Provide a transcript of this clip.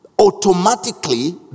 automatically